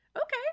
Okay